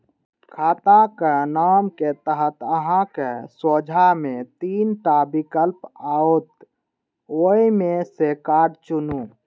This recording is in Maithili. खाताक नाम के तहत अहांक सोझां मे तीन टा विकल्प आओत, ओइ मे सं कार्ड चुनू